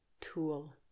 tool